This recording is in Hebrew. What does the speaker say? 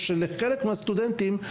ושלחלק מהסטודנטים,